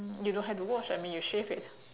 you don't have to wash I mean you shave it